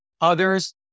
Others